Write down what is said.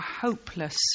hopeless